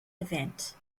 event